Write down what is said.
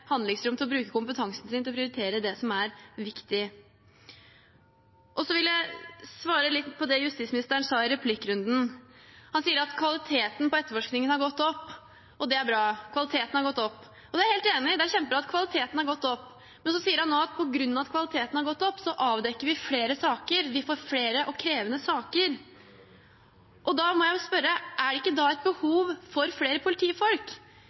handlingsrom til å bruke kompetansen sin til å prioritere det som er viktig. Videre vil jeg svare litt på det som justisministeren sa i replikkrunden. Han sa at kvaliteten på etterforskningen har gått opp, og det er bra, kvaliteten har gått opp, og det er jeg helt enig i – det er kjempebra at kvaliteten har gått opp. Men så sier han nå at på grunn av at kvaliteten har gått opp, avdekker vi flere saker, vi får flere og krevende saker. Da må jeg spørre: Er det ikke da behov for flere politifolk?